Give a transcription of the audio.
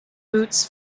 boots